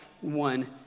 one